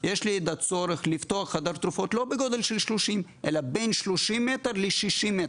יש לי את הצורך לפתוח חדר תרופות לא בגודל של 30 אלא בין 30 ל-60 מט,